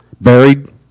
buried